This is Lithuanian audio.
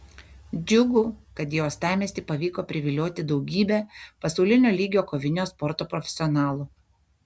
džiugu kad į uostamiestį pavyko privilioti daugybę pasaulinio lygio kovinio sporto profesionalų